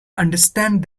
understand